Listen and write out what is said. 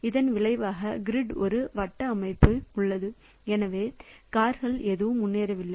இதன் விளைவாக கிரிட் ஒரு வட்ட அடைப்பு உள்ளது எனவே கார்கள் எதுவும் முன்னேறவில்லை